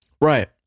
Right